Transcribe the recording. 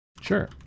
Sure